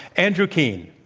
andrew keen.